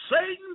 Satan